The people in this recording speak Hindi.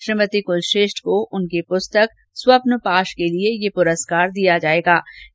श्रीमती कुलश्रेष्ठ को उनकी पुस्तक स्वप्नपाश के लिए ये पुरस्कार दिया जा रहा है